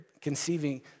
conceiving